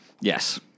Yes